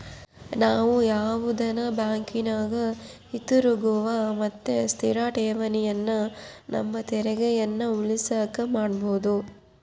ನಾವು ಯಾವುದನ ಬ್ಯಾಂಕಿನಗ ಹಿತಿರುಗುವ ಮತ್ತೆ ಸ್ಥಿರ ಠೇವಣಿಯನ್ನ ನಮ್ಮ ತೆರಿಗೆಯನ್ನ ಉಳಿಸಕ ಮಾಡಬೊದು